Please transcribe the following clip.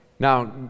Now